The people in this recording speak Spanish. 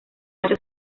machos